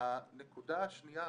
הנקודה השנייה,